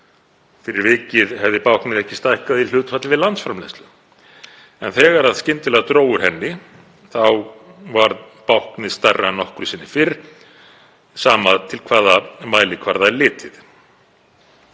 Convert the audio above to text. Fyrir vikið hefði báknið ekki stækkað í hlutfalli við landsframleiðslu. En þegar skyndilega dró úr henni varð báknið stærra en nokkru sinni fyrr, sama til hvaða mælikvarða er litið.